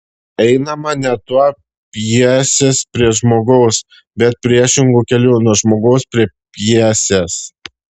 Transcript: einama ne nuo pjesės prie žmogaus bet priešingu keliu nuo žmogaus prie pjesės